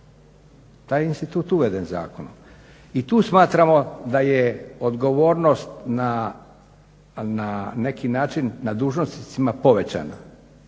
je institut uveden zakonom. I tu smatramo da je odgovornost na neki način na dužnosnicima povećana.